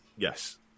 Yes